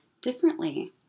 differently